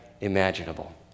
imaginable